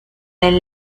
del